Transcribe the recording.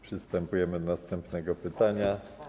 Przystępujemy do następnego pytania.